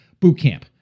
bootcamp